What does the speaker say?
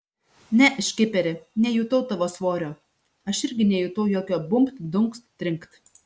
ne škiperi nejutau tavo svorio aš irgi nejutau jokio bumbt dunkst trinkt